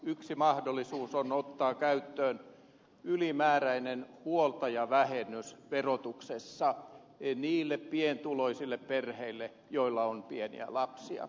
yksi mahdollisuus on ottaa käyttöön ylimääräinen huoltajavähennys verotuksessa niille pientuloisille perheille joilla on pieniä lapsia